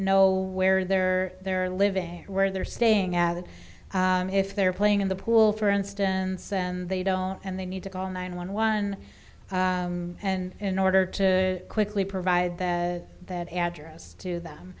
know where they're they're living where they're staying at that if they're playing in the pool for instance and they don't and they need to call nine one one and in order to quickly provide that that address to them